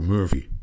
Murphy